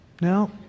No